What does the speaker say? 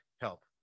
help